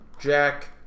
Jack